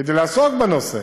כדי לעסוק בנושא.